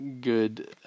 good